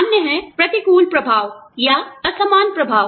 अन्य है प्रतिकूल प्रभाव या असमान प्रभाव